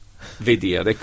video